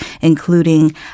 including